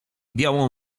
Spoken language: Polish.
białą